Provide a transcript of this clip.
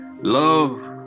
Love